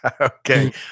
Okay